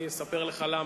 אני אספר לך למה.